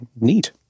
neat